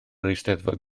eisteddfod